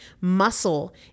Muscle